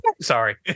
Sorry